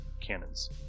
cannons